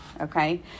okay